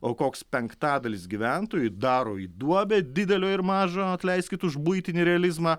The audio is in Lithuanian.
o koks penktadalis gyventojų daro į duobę didelio ir mažo atleiskit už buitinį realizmą